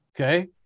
Okay